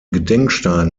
gedenkstein